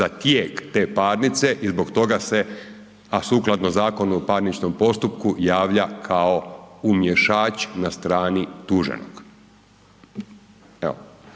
za tijek te parnice i zbog toga se a sukladno Zakona o parničnom postupku, javlja kao umješač na strani tuženog,